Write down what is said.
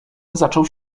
zaczął